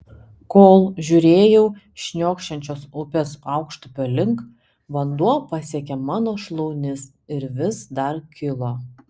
kol žiūrėjau šniokščiančios upės aukštupio link vanduo pasiekė mano šlaunis ir vis dar kilo